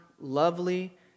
lovely